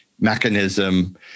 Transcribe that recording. mechanism